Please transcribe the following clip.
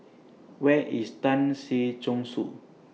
Where IS Tan Si Chong Su